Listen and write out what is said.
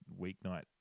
weeknight